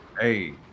Hey